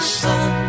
sun